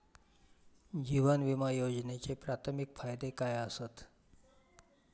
जीवन विमा योजनेचे प्राथमिक फायदे काय आसत?